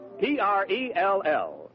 P-R-E-L-L